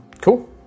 cool